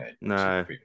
No